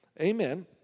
Amen